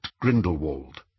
Grindelwald